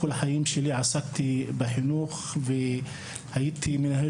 כל החיים שלי עסקתי בחינוך והייתי מנהל